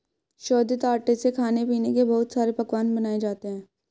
शोधित आटे से खाने पीने के बहुत सारे पकवान बनाये जाते है